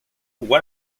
one